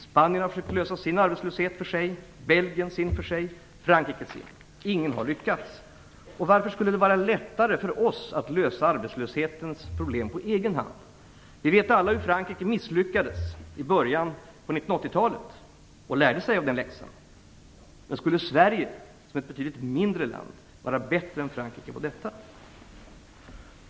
Spanien har försökt att komma till rätta med sin arbetslöshet för sig, Belgien sin för sig och Frankrike sin för sig. Ingen har lyckats. Varför skulle det vara lättare för oss att lösa arbetslöshetens problem på egen hand? Vi vet alla hur Frankrike misslyckades i början av 1980-talet, och man lärde sig av den läxan. Men skulle Sverige, som är ett betydligt mindre land, vara bättre än Frankrike på detta?